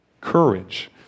courage